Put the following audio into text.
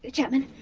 ah chapman.